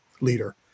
leader